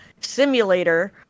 simulator